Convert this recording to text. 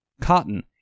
Cotton